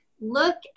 look